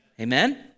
Amen